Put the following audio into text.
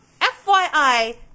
FYI